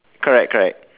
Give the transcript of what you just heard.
correct correct